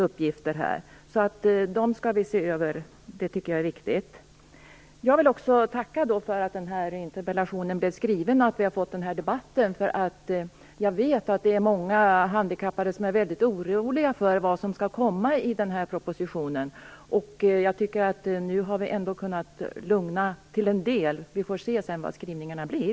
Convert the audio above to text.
Detta skall vi se över. Det tycker jag är viktigt. Jag vill också tacka för att den här interpellationen blev ställd och att vi har fått den här debatten. Jag vet att många handikappade är väldigt oroliga för vad som skall komma i propositionen. Nu har vi ändå kunnat lugna dem till en del - vi får se sedan hurdana skrivningarna blir.